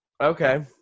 okay